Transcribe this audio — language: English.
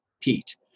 Pete